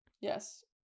Yes